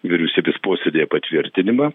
vyriausybės posėdyje patvirtinimą